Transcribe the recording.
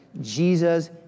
Jesus